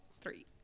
three